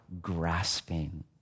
grasping